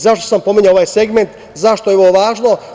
Zašto sam pominjao ovaj segment, zašto je ovo važno?